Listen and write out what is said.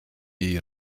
jej